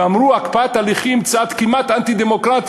ואמרו: הקפאת הליכים זה צעד כמעט אנטי-דמוקרטי,